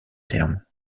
terme